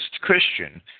Christian